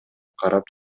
карап